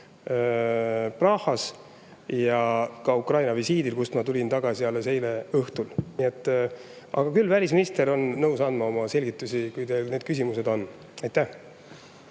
ka visiidil Ukrainas, kust ma tulin tagasi alles eile õhtul. Aga küll [pea]minister on nõus andma selgitusi, kui teil need küsimused on. Aitäh!